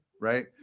right